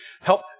help